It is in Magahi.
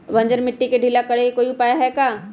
बंजर मिट्टी के ढीला करेके कोई उपाय है का?